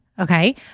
Okay